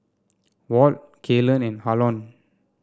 Walt Kaylan and Harlon